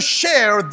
share